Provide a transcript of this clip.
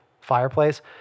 fireplace